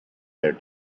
their